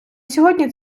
сьогодні